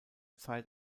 zeit